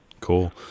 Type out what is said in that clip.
Cool